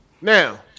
Now